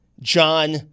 John